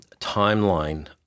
timeline